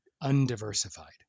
undiversified